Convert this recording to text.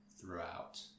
throughout